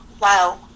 Wow